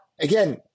again